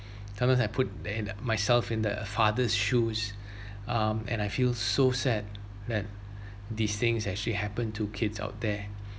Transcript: sometimes I put the~ myself in the father's shoes um and I feel so sad that these things actually happen to kids out there